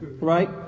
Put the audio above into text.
Right